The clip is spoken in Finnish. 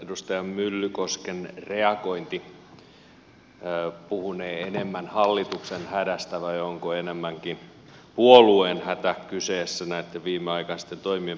edustaja myllykosken reagointi puhunee enemmän hallituksen hädästä vai onko enemmänkin puolueen hätä kyseessä näitten viimeaikaisten toimien perusteella